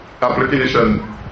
application